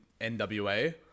NWA